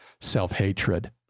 self-hatred